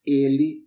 ele